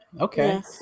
okay